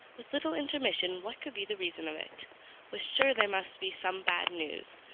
with little intermission what could be the reason of it was sure there must be some bad news,